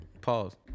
Pause